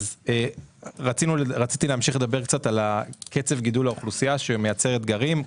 רציתי להמשיך לדבר על קצב גידול האוכלוסייה שמייצר אתגרים.